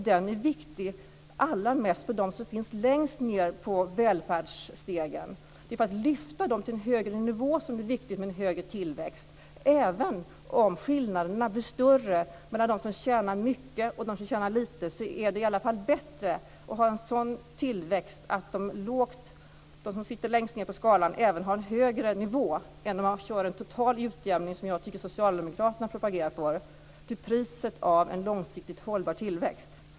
Den är viktig allra mest för dem som finns längst ned på välfärdsstegen. Det är för att lyfta dem till en högre nivå som det är viktigt med en högre tillväxt. Även om skillnaderna blir större mellan dem som tjänar mycket och dem som tjänar lite är det bättre att ha en sådan tillväxt att de som sitter längst ned på skalan har en högre nivå än om man kör en total utjämning, som jag tycker att socialdemokraterna propagerar för. En sådan sker till priset av en långsiktigt hållbar tillväxt.